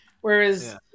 Whereas